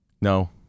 No